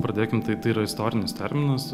pradėkim taip tai yra istorinis terminas